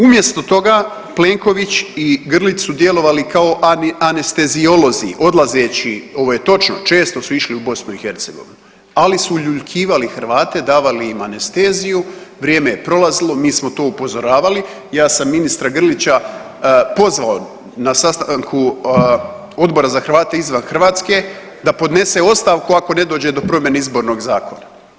Umjesto toga Plenković i Grlić su djelovali kao anesteziolozi odlazeći, ovo je točno, često su išli u BiH, ali su uljuljkivali Hrvate, davali im anesteziju, vrijeme je prolazilo, mi smo to upozoravali, ja sam ministra Grlića pozvao na sastanku Odbora za Hrvate izvan Hrvatske da podnese ostavku ako ne dođe do promijene Izbornog zakona.